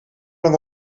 lang